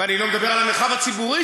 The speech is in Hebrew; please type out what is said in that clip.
ואני לא מדבר על המרחב הציבורי,